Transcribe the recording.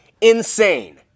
insane